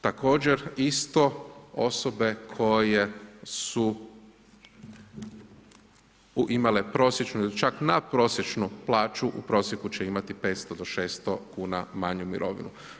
Također, isto osobe koje su imale prosječnu ili čak nadprosječnu plaću u prosjeku će imati 500-600 kn manju mirovinu.